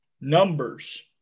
Numbers